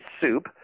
Soup